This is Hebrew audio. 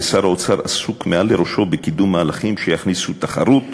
ושר האוצר עסוק מעל לראשו בקידום מהלכים שיכניסו תחרות